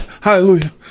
Hallelujah